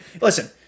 Listen